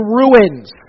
ruins